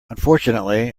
unfortunately